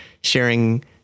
sharing